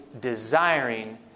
desiring